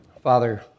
Father